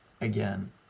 again